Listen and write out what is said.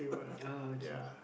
uh okay okay